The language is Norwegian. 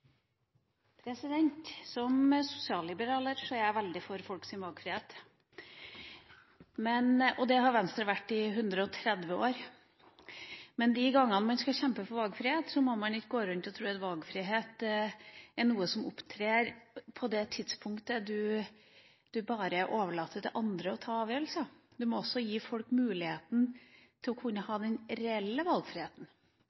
jeg veldig for folks valgfrihet, og det har Venstre vært i 130 år. Men de gangene man skal kjempe for valgfrihet, må man ikke gå rundt og tro at valgfrihet er noe som opptrer på det tidspunktet man overlater til andre å ta avgjørelser. Du må også gi folk muligheten til å kunne